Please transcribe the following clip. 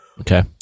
Okay